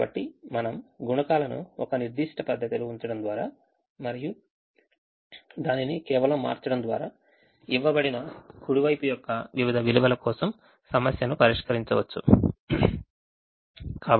కాబట్టి మనం గుణకాలను ఒక నిర్దిష్ట పద్ధతిలో ఉంచడం ద్వారా మరియు దానిని కేవలం మార్చడం ద్వారా ఇవ్వబడిన కుడి వైపు యొక్క వివిధ విలువల కోసం సమస్యను పరిష్కరించవచ్చు